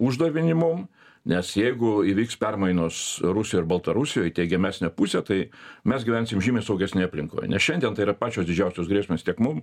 uždavinį mum nes jeigu įvyks permainos rusijoj ir baltarusijoj į teigiamesnę pusę tai mes gyvensim žymiai saugesnėj aplinkoj nes šiandien tai yra pačios didžiausios grėsmės tiek mum